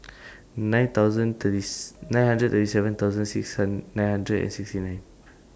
nine thousand thirties nine hundred thirty seven thousand six and nine hundred and sixty nine